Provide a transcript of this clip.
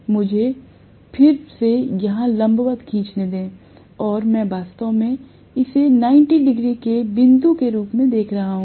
मुझे फिर से यहां लंबवत खीचने दें और मैं वास्तव में इसे 90 डिग्री के बिंदु के रूप में देख रहा हूं